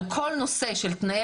זה על כל הנושא של תנאי